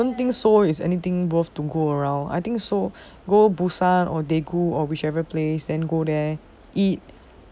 I really don't think seoul has anything worth to go around I think so go busan or daegu or whichever place then go there eat